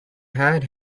had